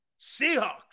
Seahawks